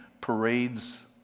parades